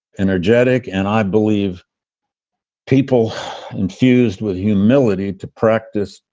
energetic and i believe people infused with humility to practice.